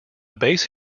base